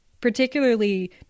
particularly